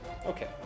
Okay